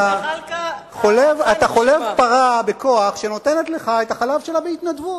אתה חולב בכוח פרה שנותנת לך את החלב שלה בהתנדבות.